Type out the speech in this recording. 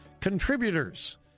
contributors